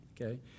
okay